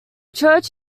church